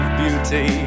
beauty